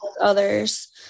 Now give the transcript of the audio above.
others